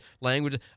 language